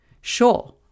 Sure